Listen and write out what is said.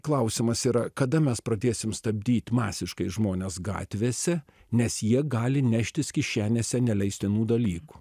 klausimas yra kada mes pradėsim stabdyt masiškai žmones gatvėse nes jie gali neštis kišenėse neleistinų dalykų